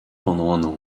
pendant